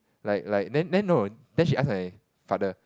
like like then no then she ask my father